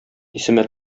исемә